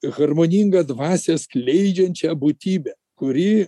harmoningą dvasią skleidžiančią būtybę kuri